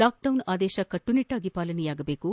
lockdown ಆದೇಶ ಕಟ್ಟುನಿಟ್ಟಾಗಿ ಪಾಲನೆಯಾಗದೇಕು